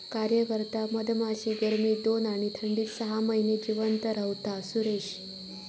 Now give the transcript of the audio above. कार्यकर्ता मधमाशी गर्मीत दोन आणि थंडीत सहा महिने जिवंत रव्हता, सुरेश